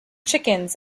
chickens